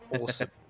awesome